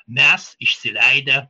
mes išsileidę